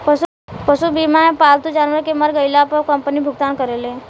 पशु बीमा मे पालतू जानवर के मर गईला पर कंपनी भुगतान करेले